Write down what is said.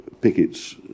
pickets